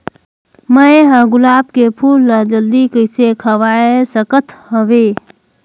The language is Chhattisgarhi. मैं ह गुलाब के फूल ला जल्दी कइसे खवाय सकथ हवे?